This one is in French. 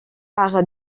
par